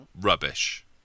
rubbish